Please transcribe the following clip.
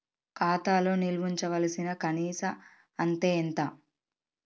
ఖాతా లో నిల్వుంచవలసిన కనీస అత్తే ఎంత?